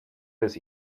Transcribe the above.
des